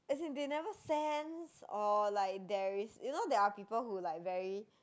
as in they never sense or like there is you know there are people who like very